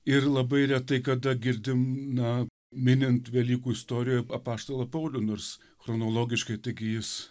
ir labai retai kada girdim na minint velykų istorijoj apaštalą paulių nors chronologiškai taigi jis